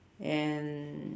and